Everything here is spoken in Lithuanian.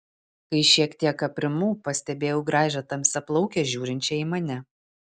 kai šiek tiek aprimau pastebėjau gražią tamsiaplaukę žiūrinčią į mane